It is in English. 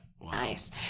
nice